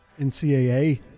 NCAA